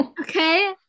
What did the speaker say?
okay